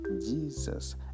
Jesus